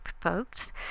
folks